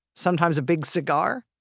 sometimes a big cigar.